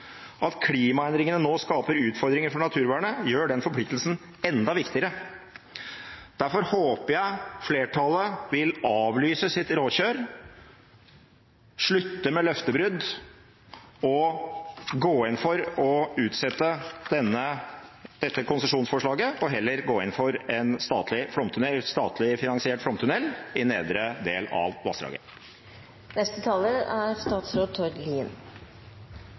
At klimaendringene nå skaper utfordringer for naturvernet, gjør den forpliktelsen enda viktigere. Derfor håper jeg flertallet vil avlyse sitt råkjør, slutte med løftebrudd, gå inn for å utsette dette konsesjonsforslaget og heller gå inn for en statlig finansiert flomtunnel i nedre del av vassdraget.